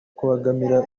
kubangamira